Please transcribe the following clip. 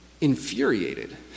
infuriated